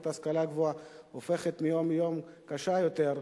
ההשכלה הגבוהה הופכת מיום ליום קשה יותר,